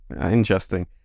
interesting